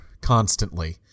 constantly